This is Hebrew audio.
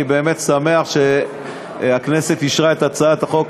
אני באמת שמח שהכנסת אישרה את הצעת החוק.